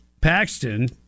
Paxton